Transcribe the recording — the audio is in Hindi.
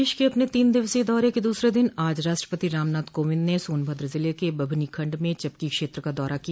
प्रदेश क अपने तीन दिवसीय दौरे के दूसरे दिन आज राष्ट्रपति रामनाथ कोविंद ने सोनभद्र जिले के बभनी खंड में चपकी क्षेत्र का दौरा किया